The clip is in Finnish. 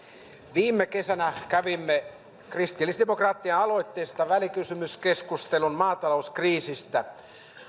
viime kesänä kävimme kristillisdemokraattien aloitteesta välikysymyskeskustelun maatalouskriisistä